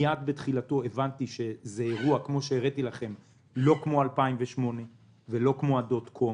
מיד בתחילתו הבנתי שזה אירוע לא כמו ב-2008 ולא כמו ב-dot.com.